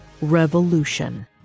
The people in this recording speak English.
revolution